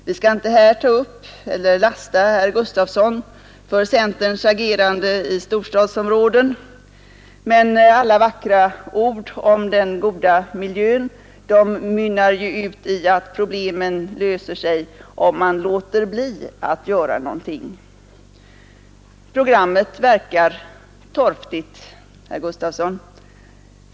Vi skall inte här lasta herr Gustavsson i Alvesta för centerns agerande i storstadsområden, men alla vackra ord om den goda miljön mynnar ju ut i att problemen löser sig om man låter bli att göra någonting. Programmet verkar torftigt, herr Gustavsson.